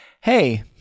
Hey